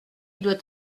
doit